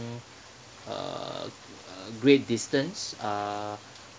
uh a great distance uh